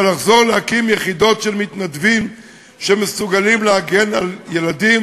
אבל לחזור להקים יחידות של מתנדבים שמסוגלים להגן על ילדים